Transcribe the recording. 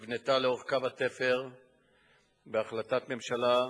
נבנתה לאורך קו התפר בהחלטת הממשלה,